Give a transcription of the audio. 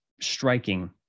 striking